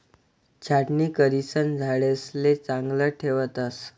छाटणी करिसन झाडेसले चांगलं ठेवतस